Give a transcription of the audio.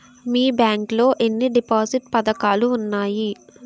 మీ bank లో ఎన్ని deposit పథకాలు ఉన్నాయి?